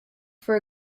for